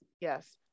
Yes